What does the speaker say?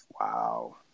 Wow